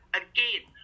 again